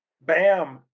bam